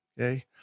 Okay